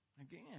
Again